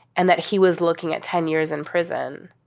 and that he was looking at ten years in prison.